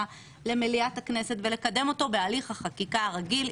למליאת הכנסת ולקדם אותו בהליך החקיקה הרגיל.